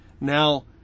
Now